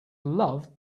love